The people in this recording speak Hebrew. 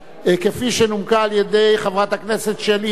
שנומקה על-ידי חברת הכנסת שלי יחימוביץ.